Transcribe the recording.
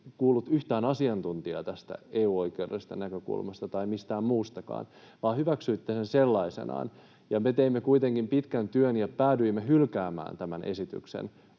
kuullut yhtään asiantuntijaa tästä EU-oikeudellisesta näkökulmasta tai mistään muustakaan, vaan hyväksyitte sen sellaisenaan, ja me teimme kuitenkin pitkän työn ja päädyimme hylkäämään tämän esityksen